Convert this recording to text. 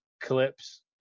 clips